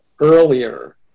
earlier